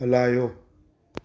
हलायो